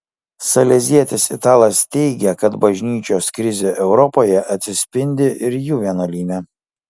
salezietis italas teigia kad bažnyčios krizė europoje atsispindi ir jų vienuolyne